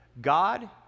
God